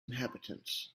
inhabitants